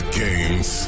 games